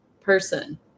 person